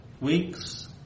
Weeks